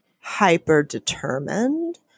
hyper-determined